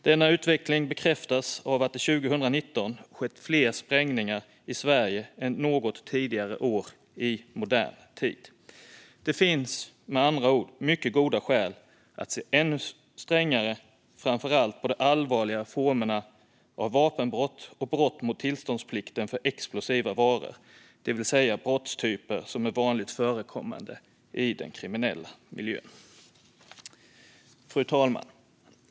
Denna utveckling bekräftas av att det 2019 skett fler sprängningar i Sverige än något tidigare år i modern tid. Det finns, med andra ord, mycket goda skäl att se ännu strängare på framför allt de allvarliga formerna av vapenbrott och brott mot tillståndsplikten för explosiva varor, det vill säga brottstyper som är vanligt förekommande i den kriminella miljön. Fru talman!